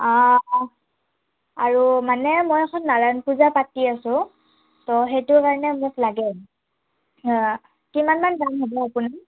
আৰু মানে মই এখন নাৰায়ণ পূজা পাতি আছোঁ ত সেইটো কাৰণে মোক লাগে কিমানমান দাম হ'ব আপোনাৰ